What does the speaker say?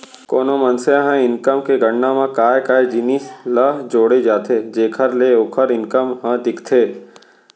कोनो मनसे के इनकम के गणना म काय काय जिनिस ल जोड़े जाथे जेखर ले ओखर इनकम ह दिखथे?